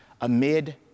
amid